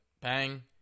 Bang